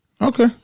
Okay